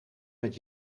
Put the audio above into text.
met